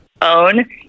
own